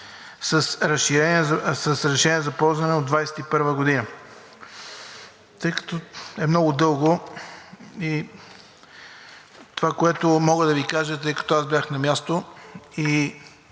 Разрешение за ползване от 2021 г. Тъй като е много дълго и това, което мога да Ви кажа, тъй като бях на място и